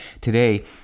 Today